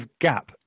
gap